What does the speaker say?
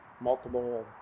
multiple